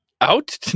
Out